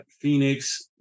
Phoenix